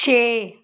ਛੇ